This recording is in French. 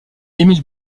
émile